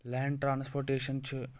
land transportation چھِ